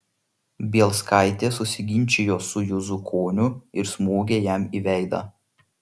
bielskaitė susiginčijo su juzukoniu ir smogė jam į veidą